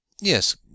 Yes